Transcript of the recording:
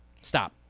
stop